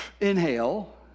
inhale